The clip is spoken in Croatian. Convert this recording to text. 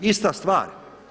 Ista stvar.